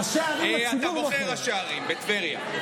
ראשי ערים, הציבור בוחר.